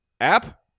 App